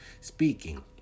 speaking